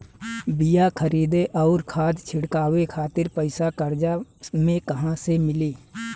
बीया खरीदे आउर खाद छिटवावे खातिर पईसा कर्जा मे कहाँसे मिली?